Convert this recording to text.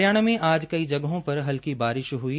हरियाणा में आज कई जगहों पर हल्की बारिश हई